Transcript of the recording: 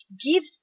give